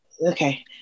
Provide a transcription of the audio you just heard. okay